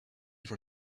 for